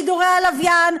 בשידורי הלוויין,